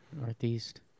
Northeast